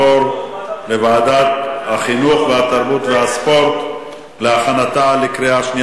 לוועדת החינוך התרבות והספורט נתקבלה.